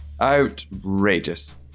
outrageous